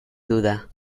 duda